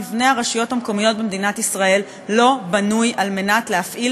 מבנה הרשויות המקומיות במדינת ישראל לא בנוי על מנת להפעיל